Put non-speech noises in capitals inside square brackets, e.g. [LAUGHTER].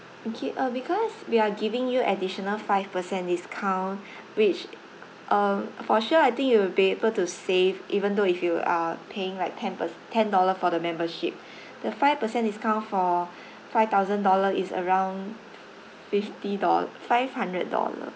okay uh because we are giving you additional five per cent discount [BREATH] which uh for sure I think you will be able to save even though if you are paying like ten pers~ ten dollar for the membership [BREATH] the five per cent discount for [BREATH] five thousand dollar is around fifty dol~ five hundred dollar